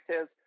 says